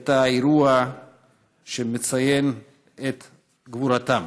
את האירוע שמציין את גבורתם.